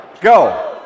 go